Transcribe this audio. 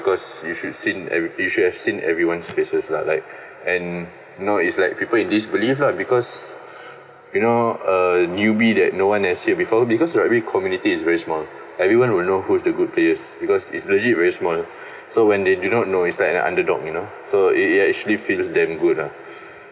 because you should seen ev~ you should have seen everyone's faces lah like and know it's like people in disbelief lah because you know a newbie that no one has seen before because rugby community is very small everyone will know who's the good players because is legit very small so when they do not know is that an underdog you know so it it actually feels damn good lah